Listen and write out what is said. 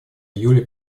июле